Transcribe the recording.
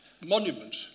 monument